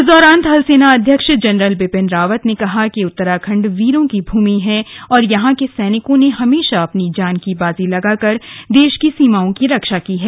इस दौरान थल सेना अध्यक्ष जनरल विपिन रावत ने कहा कि उत्तराखंड वीरों की भूमि है और यहां के सैनिकों ने हमेशा अपनी जान की बाजी लगाकर देश की सीमा की रक्षा की है